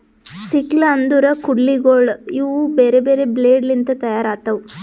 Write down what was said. sickle ಅಂದುರ್ ಕೊಡ್ಲಿಗೋಳ್ ಇವು ಬೇರೆ ಬೇರೆ ಬ್ಲೇಡ್ ಲಿಂತ್ ತೈಯಾರ್ ಆತವ್